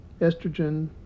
estrogen